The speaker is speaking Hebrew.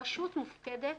הרשות מופקדת